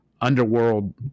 underworld